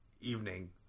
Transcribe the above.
evening